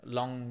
Long